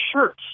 shirts